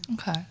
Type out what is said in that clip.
Okay